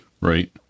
Right